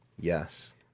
Yes